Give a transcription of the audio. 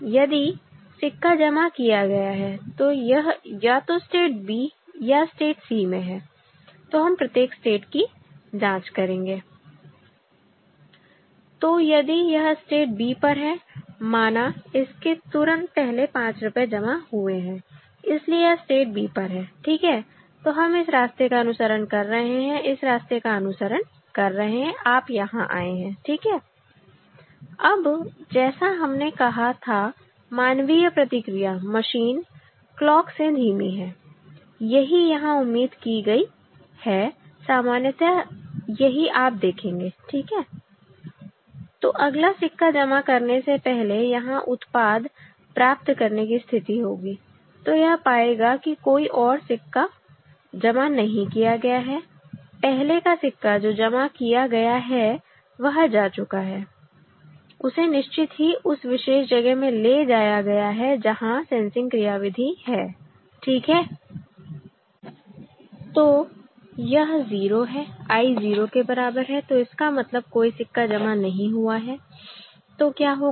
यदि सिक्का जमा किया गया है तो यह या तो स्टेट b या स्टेट c में है तो हम प्रत्येक स्टेट की जांच करेंगे तो यदि यह स्टेट b पर है माना इसके तुरंत पहले 5 रुपए जमा हुए हैं इसलिए यह स्टेट b पर है ठीक है तो हम इस रास्ते का अनुसरण कर रहे हैं इस रास्ते का अनुसरण कर रहे हैं आप यहां आए हैं ठीक अब जैसा हमने कहा था मानवीय प्रतिक्रिया मशीन क्लॉक से धीमी है यही यहां उम्मीद की गयी है सामान्यतः यही आप देखेंगे ठीक है तो अगला सिक्का जमा करने से पहले यहां उत्पाद प्राप्त करने की स्थिति होगी तो यह पाएगा कि कोई और सिक्का जमा नहीं किया गया है पहले का सिक्का जो जमा किया गया है वह जा चुका है उसे निश्चित ही उस विशेष जगह में ले जाया गया है जहां सेंसिंग क्रियाविधि है ठीक है तो यह 0 है I 0 के बराबर है तो इसका मतलब कोई सिक्का जमा नहीं हुआ है तो क्या होगा